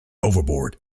overboard